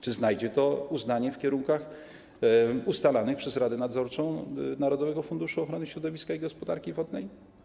Czy znajdzie to uznanie w kierunkach ustalanych przez Radę Nadzorczą Narodowego Funduszu Ochrony Środowiska i Gospodarki Wodnej?